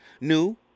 New